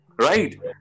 Right